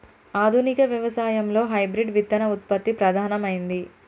ఆధునిక వ్యవసాయం లో హైబ్రిడ్ విత్తన ఉత్పత్తి ప్రధానమైంది